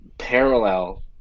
parallel